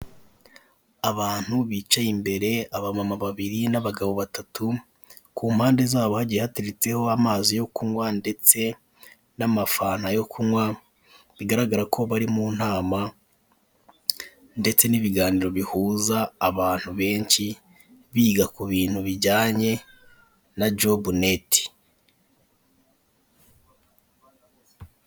Abantu bicaye imbere, abamama babiri n'abagabo batatu, ku mpande zabo hagiye hateretseho amazi yo kunywa ndetse n'amafanta yo kunywa. Bigaragara ko bari mu nama ndetse n'ibiganiro bihuza abantu benshi, biga ku bintu bijyanye na jobu neti.